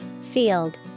Field